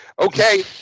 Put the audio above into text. okay